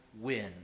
win